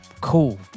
cool